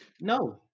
No